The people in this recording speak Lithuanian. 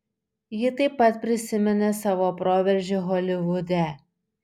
ji taip pat prisiminė savo proveržį holivude